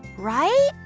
right?